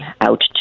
out